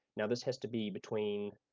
now this has to be between